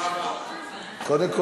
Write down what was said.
קודם כול,